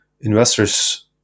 investors